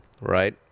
right